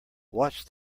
watch